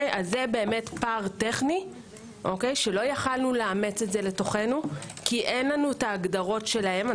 זה פער טכני שלא יכולנו לאמץ את זה לתוכנו כי אין לנו ההגדרות שלהם.